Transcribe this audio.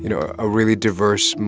you know ah a really diverse,